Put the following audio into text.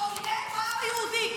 אויב העם היהודי.